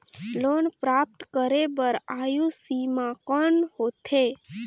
Loan प्राप्त करे बर आयु सीमा कौन होथे?